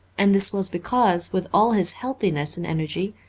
and this was because, with all his healthiness and energy,